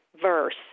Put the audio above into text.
verse